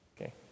okay